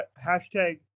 hashtag